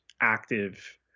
active